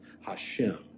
Hashem